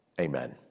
Amen